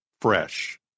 Fresh